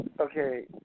Okay